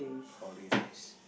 holidays